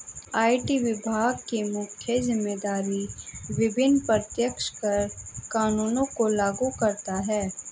IT विभाग की मुख्य जिम्मेदारी विभिन्न प्रत्यक्ष कर कानूनों को लागू करता है